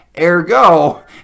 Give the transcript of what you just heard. Ergo